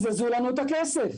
קיזזו לנו את הכסף.